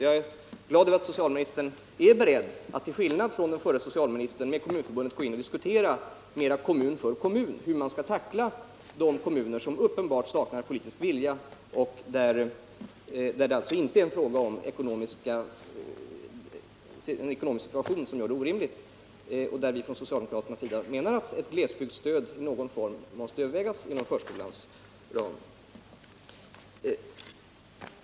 Jag är glad över att socialministern är beredd, till skillnad från den förre socialministern, att gå in och diskutera med Kommunförbundet kommun för kommun, hur man kan tackla de kommuner som uppenbart saknar politisk vilja och där det alltså inte är fråga om en ekonomisk situation som gör det orimligt. Från socialdemokratisk sida menar vi att man där måste överväga ett glesbygdsstöd i någon form inom förskolans ram.